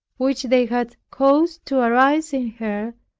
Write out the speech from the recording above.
which they had caused to arise in her,